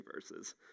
verses